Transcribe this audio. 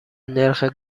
نرخ